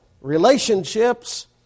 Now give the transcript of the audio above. relationships